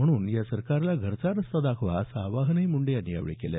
म्हणून या सरकारला घरचा रस्ता दाखवा असं आवाहनही मुंडे यांनी यावेळी केलं